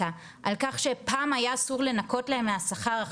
על כך שפעם היה מותר לנקות להם מהשכר,